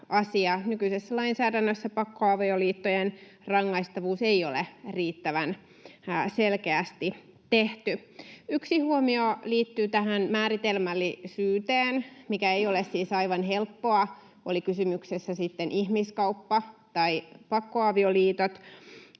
Nykyisessä lainsäädännössä pakkoavioliittojen rangaistavuus ei ole riittävän selkeästi tehty. Yksi huomio liittyy tähän määritelmällisyyteen, mikä ei ole siis aivan helppoa, oli kysymyksessä sitten ihmiskauppa tai pakkoavioliitot.